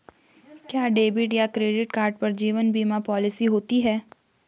क्या डेबिट या credit card पर जीवन बीमा पॉलिसी होती है?